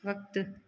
वक़्तु